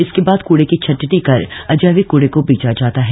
इसके बाद कुंडे की छंटनी कर अजैविक क्डे को बेचा जाता है